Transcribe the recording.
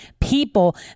people